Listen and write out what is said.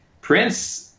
Prince